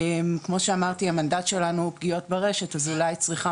כמו שאמרתי המנדט שלנו פגיעות ברשת אז אולי צריכה